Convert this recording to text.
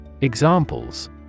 Examples